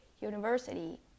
university